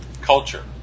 culture